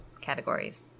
categories